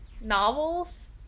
novels